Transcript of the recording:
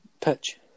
pitch